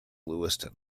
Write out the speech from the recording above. lewiston